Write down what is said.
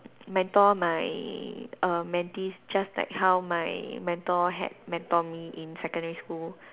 mentor my err mentees just like how my mentor had mentor me in secondary school